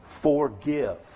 Forgive